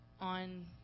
on